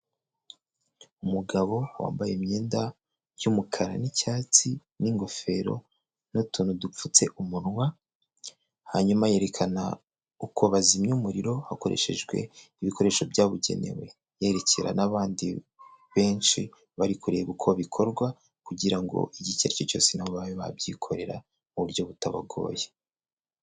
Umugabo wambaye imyenda y'umukara n'icyatsi n'ingofero n'utuntu dupfutse umunwa, hanyuma yerekana uko bazimya umuriro hakoreshejwe ibikoresho byabugenewe, yerekera n'abandi benshi bari kureba uko bikorwa kugira ngo igihe icyo ari cyo cyose na bo babe babyikorera mu buryo butabagoye.